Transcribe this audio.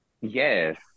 Yes